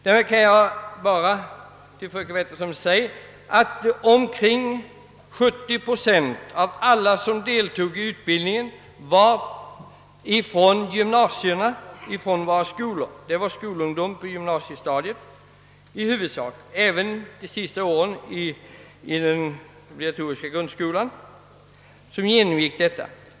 Jag vill då meddela fröken Wetterström, att om kring 70 procent av alla som deltog i utbildningen var skolungdomar, i huvudsak gymnasieelever men även elever i grundskolans sista årskurser.